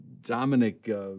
Dominic